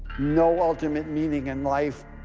no ultimate meaning in life,